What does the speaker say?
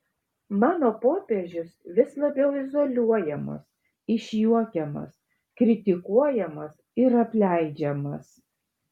mano popiežius vis labiau izoliuojamas išjuokiamas kritikuojamas ir apleidžiamas